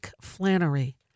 Flannery